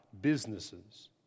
businesses